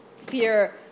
Fear